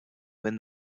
when